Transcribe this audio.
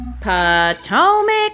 Potomac